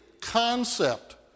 concept